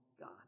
God